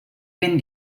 ben